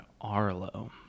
Arlo